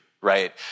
right